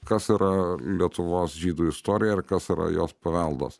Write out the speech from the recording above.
kas yra lietuvos žydų istorija ir kas yra jos paveldas